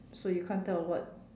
so you can't tell what